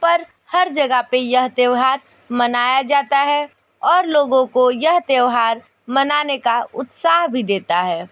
पर हर जगह पे यह त्यौहार मनाया जाता है और लोगों को यह त्यौहार मनाने का उत्साह भी देता है